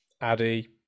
Addy